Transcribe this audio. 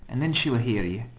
and then she will hear you.